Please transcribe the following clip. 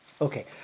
Okay